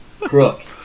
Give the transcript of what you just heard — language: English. Crook